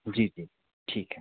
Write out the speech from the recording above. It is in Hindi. जी जी ठीक है